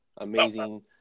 Amazing